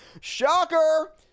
Shocker